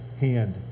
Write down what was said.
hand